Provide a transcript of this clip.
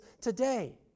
today